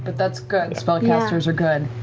that's good, spellcasters are good.